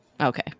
okay